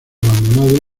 abandonado